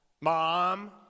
mom